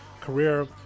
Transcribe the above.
career